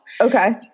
Okay